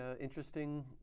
interesting